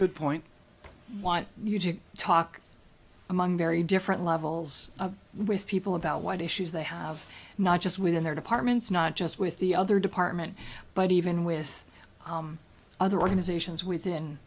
good point why you didn't talk among very different levels with people about why the issues they have not just within their departments not just with the other department but even with other organizations within